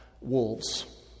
wolves